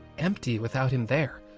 empty without him there.